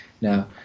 Now